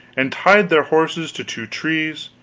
and tied their horses to two trees,